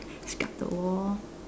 scrub the wall